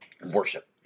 worship